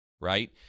right